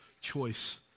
choice